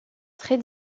très